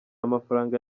amafaranga